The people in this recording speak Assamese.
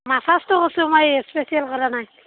মাছাজটো কৰিছোঁ মই এই ফেচিয়েল কৰা নাই